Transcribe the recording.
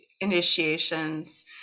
initiations